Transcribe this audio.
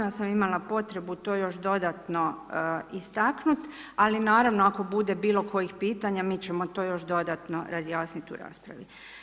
Ja sam potrebu to još dodatno istaknuti, ali naravno ako bude bilo kojih pitanja mi ćemo to još dodatno razjasniti u raspravi.